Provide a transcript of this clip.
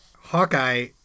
hawkeye